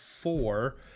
four